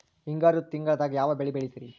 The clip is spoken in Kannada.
ಹಿಂಗಾರು ತಿಂಗಳದಾಗ ಯಾವ ಬೆಳೆ ಬೆಳಿತಿರಿ?